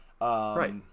Right